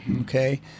okay